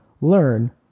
learn